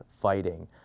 fighting